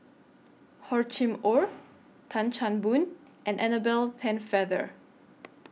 Hor Chim Or Tan Chan Boon and Annabel Pennefather